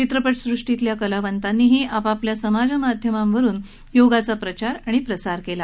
चित्रपट सृष्टीतल्या कलावतांनीही आपापल्या समाजमाध्यम अकाऊं ट वरुन योगचा प्रचार आणि प्रसार केला